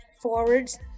forwards